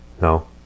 No